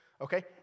okay